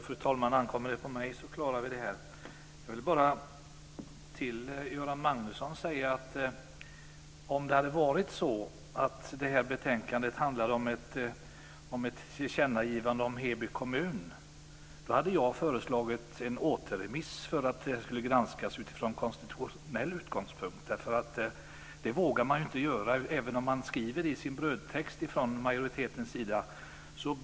Fru talman! Om det ankommer på mig så klarar vi det. Jag vill till Göran Magnusson säga att om detta betänkande hade handlat om ett tillkännagivande om Heby kommun, då hade jag föreslagit en återremiss för att detta skulle granskas utifrån konstitutionell utgångspunkt. Det vågar man ju inte göra, även om utskottsmajoriteten i sin brödtext skriver så.